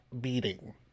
beating